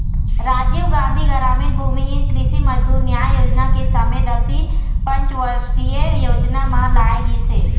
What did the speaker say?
राजीव गांधी गरामीन भूमिहीन कृषि मजदूर न्याय योजना के समे दसवीं पंचवरसीय योजना म लाए गिस हे